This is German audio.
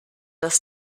dass